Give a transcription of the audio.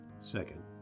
Second